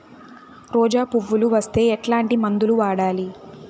రోజా పువ్వులు వస్తే ఎట్లాంటి మందులు వాడాలి?